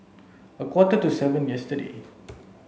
a quarter to seven yesterday